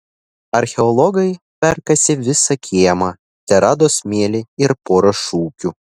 archeologai perkasę visą kiemą terado smėlį ir porą šukių